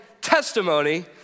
testimony